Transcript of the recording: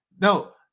no